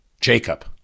Jacob